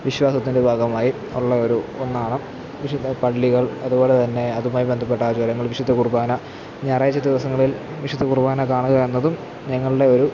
വിശ്വാസത്തിന്റെ ഭാഗമായി ഉള്ള ഒരു ഒന്നാണ് വിശുദ്ധ പള്ളികള് അതു പോലെ തന്നെ അതുമായി ബന്ധപ്പെട്ട ആചാരങ്ങള് വിശുദ്ധ കുര്ബാന ഞായറാഴ്ച്ച ദിവസങ്ങളില് വിശുദ്ധ കുര്ബാന കാണുക എന്നതും ഞങ്ങളുടെ ഒരു